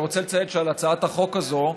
אני רוצה לציין שעל הצעת החוק הזו,